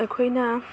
ꯑꯩꯈꯣꯏꯅ